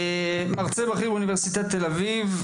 מרצה בכיר באוניברסיטת תל אביב,